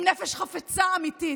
עם נפש חפצה אמיתית,